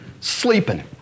sleeping